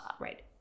right